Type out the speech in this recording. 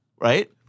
right